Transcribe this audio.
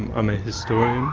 i'm a historian.